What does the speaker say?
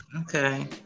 okay